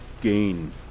Gain